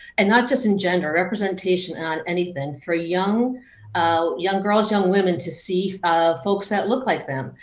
and not just in gender. representation on anything. for young ah young girls, young women to see um folks that look like them.